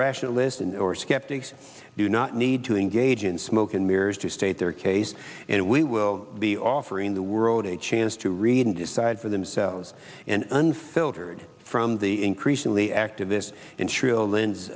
rationalist and or skeptics do not need to engage in smoke and mirrors to state their case and we will be offering the world a chance to read and decide for themselves and unfiltered from the increasingly activists and shrill